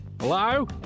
Hello